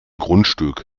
grundstück